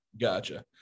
Gotcha